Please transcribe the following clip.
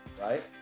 right